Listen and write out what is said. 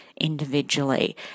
individually